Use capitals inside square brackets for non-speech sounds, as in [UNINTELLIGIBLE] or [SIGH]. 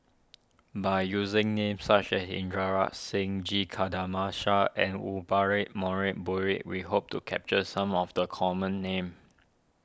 by using names such as Inderjit Singh G [UNINTELLIGIBLE] and Wumphrey more ray [UNINTELLIGIBLE] we hope to capture some of the common names